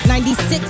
96